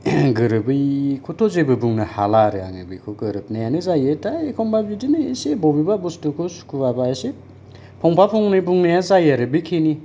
गोरोबैखौथ' जेबो बुंनो हाला आरो आङो बेखौ गोरोबनायानो जायो दा एखम्बा बिदिनो एसे बबेबा बस्टुखौ सुखुआबा एसे फंफा फंनै बुंनाया जायो आरो बेखिनि